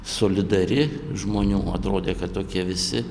solidari žmonių atrodė kad tokie visi